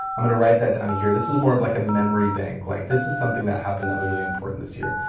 i'm gonna write that down here. this is more of like a memory bank, like this is something that happened that was really important this year.